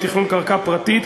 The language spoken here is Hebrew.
לתכנון קרקע פרטית,